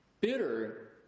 bitter